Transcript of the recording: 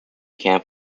camp